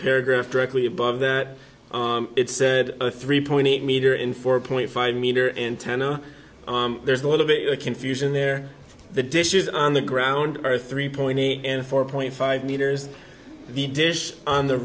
paragraph directly above that it said a three point eight meter in four point five meter antenna there's a little bit of confusion there the dishes on the ground are three point eight and four point five meters the dish on the